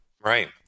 Right